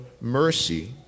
mercy